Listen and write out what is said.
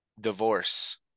Divorce